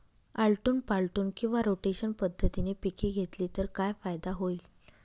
आलटून पालटून किंवा रोटेशन पद्धतीने पिके घेतली तर काय फायदा होईल?